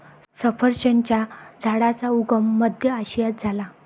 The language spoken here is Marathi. सफरचंदाच्या झाडाचा उगम मध्य आशियात झाला